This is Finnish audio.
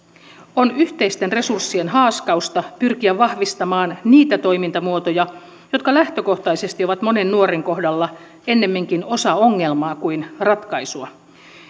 on yhteisten resurssien haaskausta pyrkiä vahvistamaan niitä toimintamuotoja jotka lähtökohtaisesti ovat monen nuoren kohdalla ennemminkin osa ongelmaa kuin ratkaisua